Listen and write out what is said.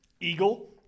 Eagle